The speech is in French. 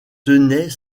tenaient